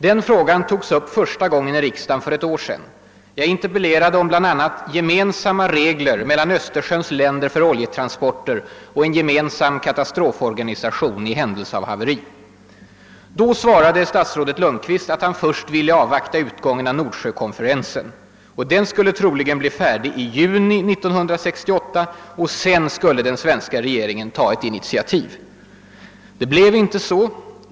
Den frågan togs upp i riksdagen för första gången för ett år sedan, då jag interpellerade bl.a. om gemensamma regler mellan Östersjöns länder för oljetransporter och gemensam katastroforganisation i händelse av haveri. Då svarade statsrådet Lundkvist att han först ville avvakta utgången av Nordsjökonferensen, som troligen skulle bli klar i juni 1968. Därefter skulle den svenska regeringen ta ett initiativ. Det blev inte så.